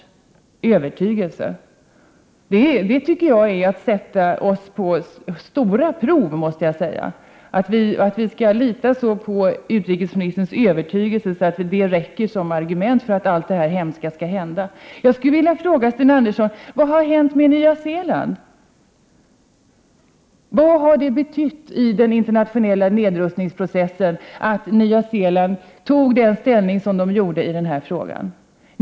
1988/89:123 övertygelse. Jag måste säga att det är att sätta oss på stora prov. Skall vi lita så 29 maj 1989 på utrikesministerns övertygelse att det skall räcka som argument för att allt Omutländska örlogsdetta hemska skulle hända? besök. mom Jag skulle vilja fråga Sten Andersson: Vad har hänt med Nya Zeeland? DT SAR Vad har det betytt i den internationella nedrustningsprocessen att Nya Zeeland intog den ställning man gjorde i denna fråga?